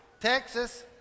Texas